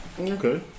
Okay